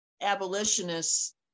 abolitionists